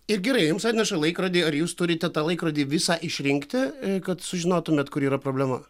ir gerai jums atneša laikrodį ar jūs turite tą laikrodį visą išrinkti kad sužinotumėt kur yra problema